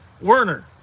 Werner